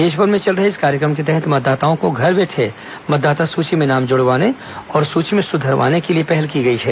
देशभर में चल रहे इस कार्यक्रम के तहत मतदाताओं को घर बैठे मतदाता सूची में नाम जुड़वाने और सूची में सुधरवाने के लिए पहल की गई है